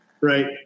Right